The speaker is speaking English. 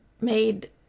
made